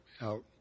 out